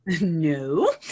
No